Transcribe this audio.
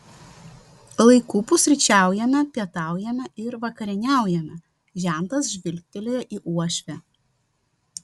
laiku pusryčiaujame pietaujame ir vakarieniaujame žentas žvilgtelėjo į uošvę